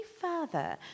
further